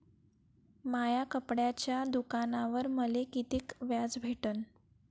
माया कपड्याच्या दुकानावर मले कितीक व्याज भेटन?